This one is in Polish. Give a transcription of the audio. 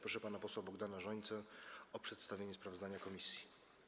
Proszę pana posła Bogdana Rzońcę o przedstawienie sprawozdania komisji.